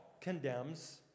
condemns